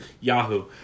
Yahoo